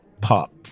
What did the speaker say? pop